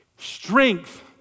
Strength